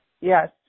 Yes